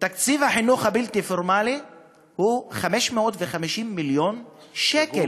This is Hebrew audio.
תקציב החינוך הבלתי-פורמלי הוא 550 מיליון שקל,